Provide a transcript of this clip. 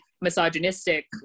misogynistic